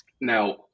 now